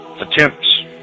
Attempts